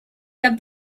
cap